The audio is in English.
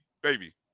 baby